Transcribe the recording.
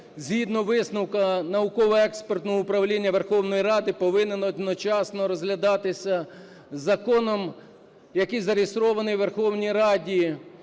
згідно висновку науково-експертного управління Верховної Ради, повинен одночасно розглядатися Законом, який зареєстрований у Верховній Раді,